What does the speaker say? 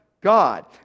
God